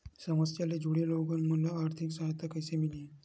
समस्या ले जुड़े लोगन मन ल आर्थिक सहायता कइसे मिलही?